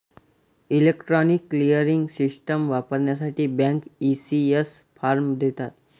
electronic clearing system वापरण्यासाठी bank, ECS form देतात